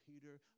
Peter